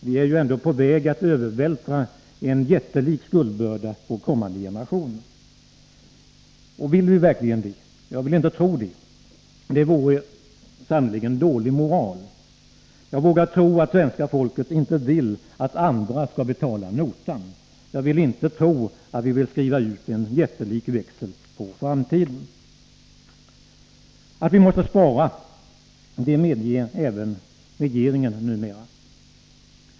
Vi är ju ändå på väg att övervältra en jättelik skuldbörda på kommande generationer. Vill vi verkligen det? Jag vill inte tro det. Det vore sannerligen dålig moral. Jag vågar tro att svenska folket inte vill att andra skall betala notan. Jag vill inte tro att vi vill skriva ut en jättelik växel på framtiden. Att vi måste spara medger även regeringen numera.